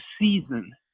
season